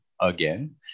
again